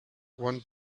want